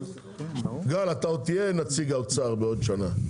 גל אתה עוד תהיה נציג האוצר בעוד שנה?